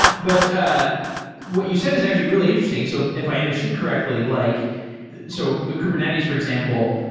but ah what you said is actually really interesting. so if i understood correctly, like so kubernetes for example,